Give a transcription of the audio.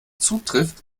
zutrifft